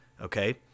okay